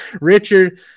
Richard